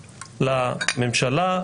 לממשלה,